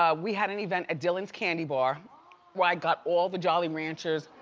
ah we had an event at dylan's candy bar where i got all the jolly ranchers